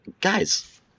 Guys